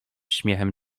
śmiechem